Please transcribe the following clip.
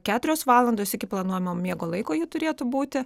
keturios valandos iki planuojamo miego laiko ji turėtų būti